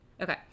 Okay